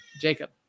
Jacob